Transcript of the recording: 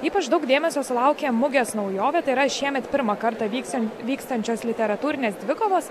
ypač daug dėmesio sulaukė mugės naujovė tai yra šiemet pirmą kartą vyksian vykstančios literatūrinės dvikovos